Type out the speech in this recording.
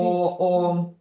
o o